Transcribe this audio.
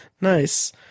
Nice